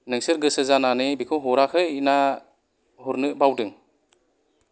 नोंसोर गोसो जानानै बेखौ हराखै ना हरनो बावदों